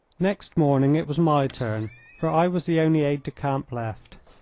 next morning it was my turn, for i was the only aide-de-camp left.